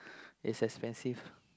it's expensive